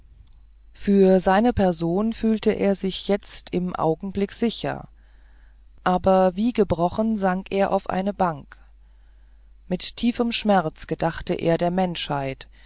für seine person fühlte er sich jetzt im augenblick sicher aber wie gebrochen sank er auf eine bank mit tiefem schmerz gedachte er der menschheit